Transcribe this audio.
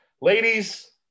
ladies